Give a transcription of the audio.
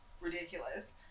ridiculous